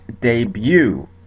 debut